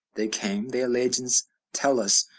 they came, their legends tell us,